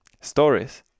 Stories